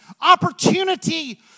opportunity